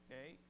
Okay